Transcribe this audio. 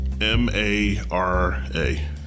M-A-R-A